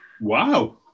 Wow